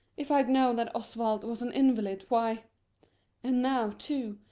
if i'd known that oswald was an invalid, why and now, too,